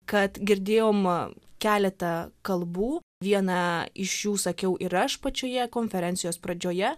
kad girdėjo man keletą kalbų viena iš jų sakiau ir aš pačioje konferencijos pradžioje